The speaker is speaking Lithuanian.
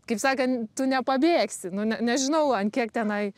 kaip sakant tu nepabėgsi nu ne nežinau ant kiek tenai